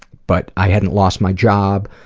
but i hadn't' lost my job,